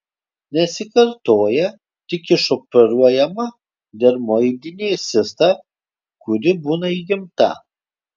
nesikartoja tik išoperuojama dermoidinė cista kuri būna įgimta